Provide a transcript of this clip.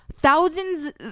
thousands